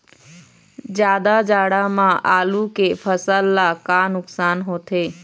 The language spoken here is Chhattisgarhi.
जादा जाड़ा म आलू के फसल ला का नुकसान होथे?